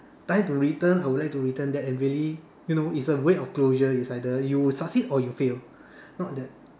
time to return I would like to return that and really you know is a way of closure is like you would succeed or you fail not that